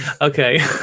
Okay